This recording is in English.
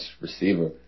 receiver